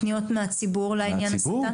פניות מהציבור לעניין הסתה?